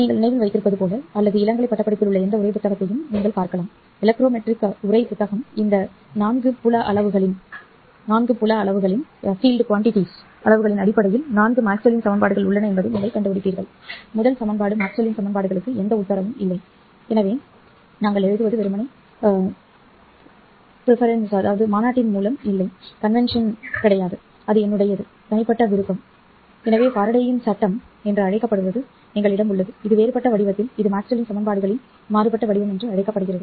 நீங்கள் நினைவில் வைத்திருப்பது போல அல்லது இளங்கலை பட்டப்படிப்பில் உள்ள எந்த உரை புத்தகத்தையும் நீங்கள் பார்க்கலாம் எலக்ட்ரோமெட்ரிக் உரை புத்தகம் இந்த 4 புல அளவுகளின் அடிப்படையில் நான்கு மேக்ஸ்வெல்லின் சமன்பாடுகள் உள்ளன என்பதை நீங்கள் கண்டுபிடிப்பீர்கள் முதல் சமன்பாடு மேக்ஸ்வெல்லின் சமன்பாடுகளுக்கு எந்த உத்தரவும் இல்லை எனவே நாங்கள் எழுதுவது வெறுமனே மாநாட்டின் மூலம் இல்லை அல்லது அது என்னுடையது தனிப்பட்ட விருப்பம் எனவே ஃபாரடேயின் சட்டம் என்று அழைக்கப்படுவது எங்களிடம் உள்ளது இது வேறுபட்ட வடிவத்தில் இது மேக்ஸ்வெல்லின் சமன்பாடுகளின் மாறுபட்ட வடிவம் என்று அழைக்கப்படுகிறது